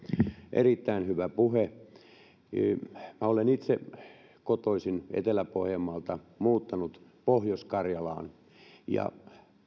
erittäin hyvä puhe olen itse kotoisin etelä pohjanmaalta muuttanut pohjois karjalaan ja